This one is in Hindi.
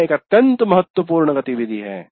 यह एक अत्यंत महत्वपूर्ण गतिविधि है